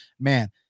man